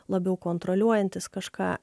labiau kontroliuojantis kažką